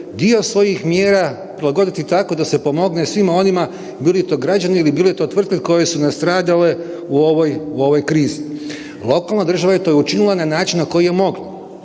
dio svojih mjera prilagoditi tako da se pomogne svima onima, bili to građani ili bile to tvrtke koje su nastradale u ovoj krizi. Lokalna država je to i učinila na način na koji je mogla,